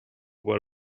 word